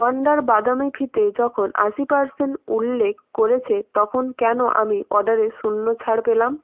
wonder বাদামি ফিতে যখন আশি পার্সেন্ট উল্লেখ করেছে তখন কেন আমি অর্ডারে শূন্য ছাড় পেলাম